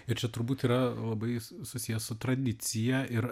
ir čia turbūt yra labai susiję su tradicija ir